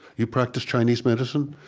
you practice chinese medicine?